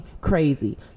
crazy